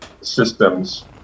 systems